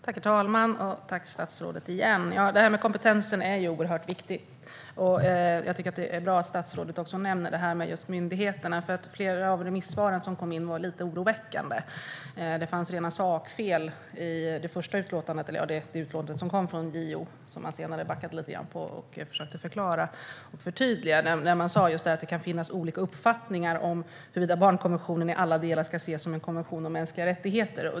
Herr talman! Kompetensen är en oerhört viktig fråga. Jag tycker också att det är bra att statsrådet nämner myndigheterna, för flera av remissvaren som kom in var lite oroväckande. Det fanns rena sakfel i det utlåtande som kom från JO, som man senare backade lite grann från och försökte förklara och förtydliga. Man sa att det kan finnas olika uppfattningar om huruvida barnkonventionen i alla delar ska ses som en konvention om mänskliga rättigheter.